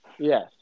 Yes